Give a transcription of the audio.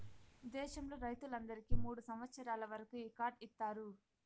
దేశంలో రైతులందరికీ మూడు సంవచ్చరాల వరకు ఈ కార్డు ఇత్తారు